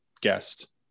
guest